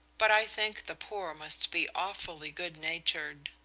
but i think the poor must be awfully good-natured.